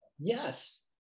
Yes